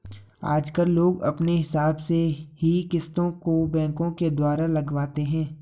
आजकल लोग अपने हिसाब से ही किस्तों को बैंकों के द्वारा लगवाते हैं